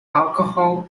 alcohol